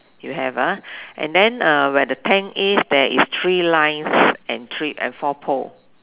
you have ah and then uh where the tank is there is three lines and three and four pole